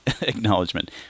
acknowledgement